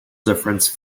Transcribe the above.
difference